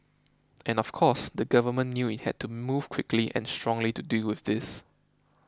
and of course the government knew it had to move quickly and strongly to deal with this